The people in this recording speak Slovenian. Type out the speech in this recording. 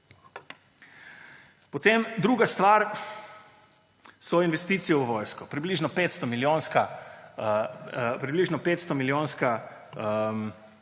letno. Druga stvar so investicije v vojsko, približno 500-milijonska